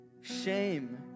shame